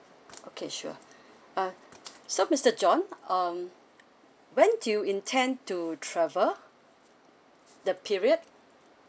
okay sure uh so mister john um when do you intend to travel the period